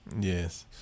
Yes